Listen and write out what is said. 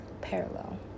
parallel